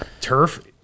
turf